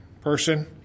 person